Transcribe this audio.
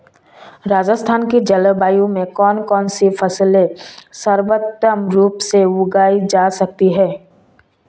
राजस्थान की जलवायु में कौन कौनसी फसलें सर्वोत्तम रूप से उगाई जा सकती हैं?